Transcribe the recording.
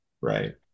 Right